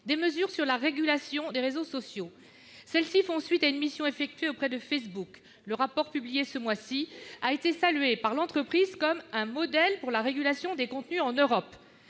des mesures sur la régulation des réseaux sociaux. Celles-ci font suite à une mission effectuée auprès de Facebook. Le rapport publié ce mois-ci a été salué par l'entreprise comme « un modèle pour la régulation des contenus en Europe